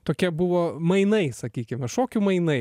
tokie buvo mainai sakykime šokių mainai